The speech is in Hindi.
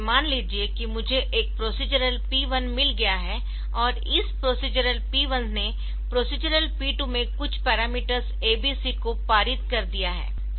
जैसे मान लीजिए कि मुझे एक प्रोसीज़रल P1 मिल गया है और इस प्रोसीज़रल P1 ने प्रोसीज़रल P2 में कुछ पैरामीटर्स abc को पारित कर दिया है